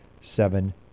seven